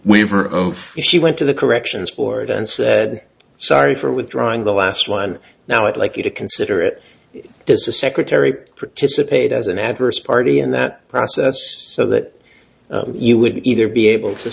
weaver of if she went to the corrections board and said sorry for withdrawing the last one now i'd like you to consider it does the secretary participate as an adverse party in that process so that you would either be able to